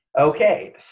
Okay